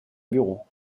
bureau